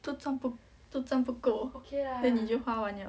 都赚不都赚不够 then 你就花完了